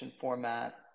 format